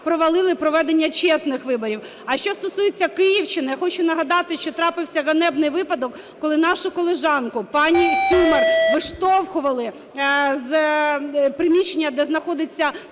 провалили проведення чесних виборів. А що стосується Київщини, я хочу нагадати, що трапився ганебний випадок, коли нашу колежанку пані Сюмар виштовхували з приміщення, де знаходиться